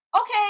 Okay